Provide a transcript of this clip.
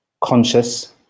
conscious